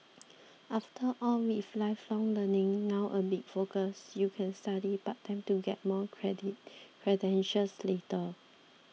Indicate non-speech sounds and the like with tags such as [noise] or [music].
after all with lifelong learning now a big focus you can study part time to get more [unintelligible] credentials later